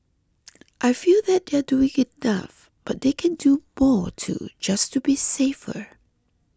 I feel that they are doing enough but they can do more too just to be safer